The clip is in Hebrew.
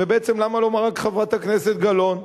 בעצם למה לומר רק חברת הכנסת גלאון?